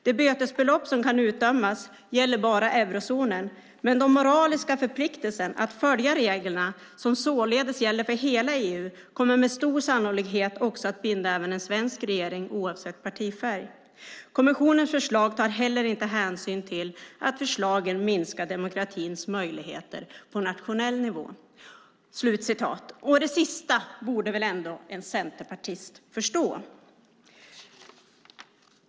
Det bötesbelopp som kan utdömas gäller bara eurozonen men den moraliska förpliktelsen att följa reglerna som således gäller för hela EU kommer med stor sannolikhet också att binda även en svensk regering oavsett partifärg. Kommissionens förslag tar heller inte hänsyn till att förslagen minskar demokratins möjligheter på nationell nivå. Det sista borde väl ändå en centerpartist förstå.